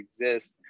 exist